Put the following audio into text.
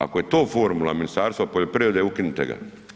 Ako je to formula Ministarstva poljoprivrede, ukinite ga.